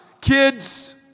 Kids